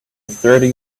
thirty